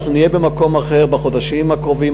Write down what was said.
אנחנו נהיה במקום אחר בחודשים הקרובים,